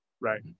Right